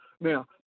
Now